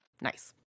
Nice